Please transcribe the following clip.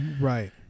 right